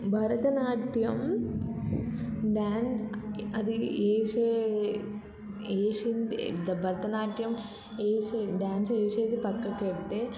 Bharatanatyam dance అది వేసే వేసింది భరతనాట్యం వేసేది డ్యాన్స్ వేసేది పక్కకు పెడితే